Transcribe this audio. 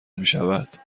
میشود